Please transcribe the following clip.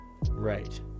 Right